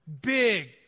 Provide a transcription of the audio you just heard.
Big